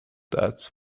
that’s